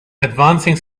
advancing